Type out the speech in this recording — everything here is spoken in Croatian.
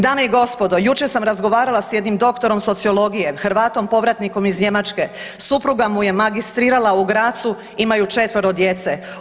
Dame i gospodo, jučer sam razgovarala sa jednim doktorom sociologije, Hrvatom povratnikom iz Njemačke supruga mu je magistrirala u Grazu, imaju četvero djece.